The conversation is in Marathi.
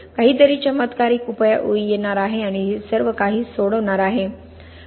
काहीतरी चमत्कारिक उपाय येणार आहे आणि सर्व काही सोडवणार आहे